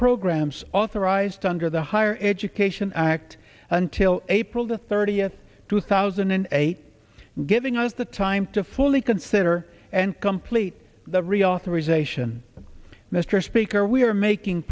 programs authorized under the higher education act until april the thirtieth two thousand and eight giving us the time to fully consider and complete the reauthorization mr speaker we are making